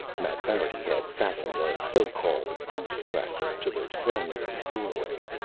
mapfarity had fastened a so-called goose-tracker to the strong-room's doorway.